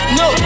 no